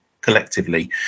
collectively